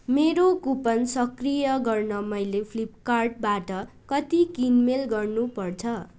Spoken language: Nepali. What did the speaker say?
मेरो कुपन सक्रिय गर्न मैले फ्लिपकार्टबाट कति किनमेल गर्नुपर्छ